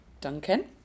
Duncan